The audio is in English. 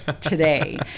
today